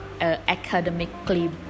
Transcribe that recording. academically